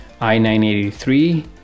i-983